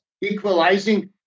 equalizing